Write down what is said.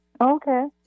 Okay